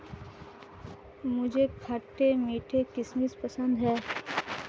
मुझे खट्टे मीठे किशमिश पसंद हैं